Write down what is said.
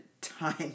time